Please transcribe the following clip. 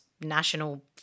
national